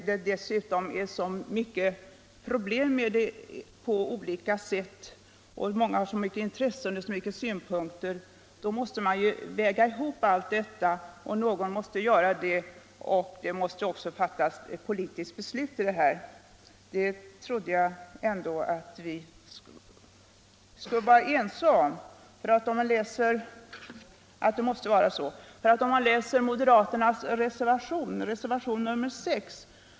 Vi ansåg att det inte var riktigt att undantag skulle göras med hänvisning bara till uppgifter i en informationsbroschyr — uppgifter som inte kunde återföras till i godtagbar ordning fattade prioriteringsbeslut. Först i det här sammanhanget tar utskottet ställning till sakfrågan och nu mot bakgrund av de redovisade erfarenheterna.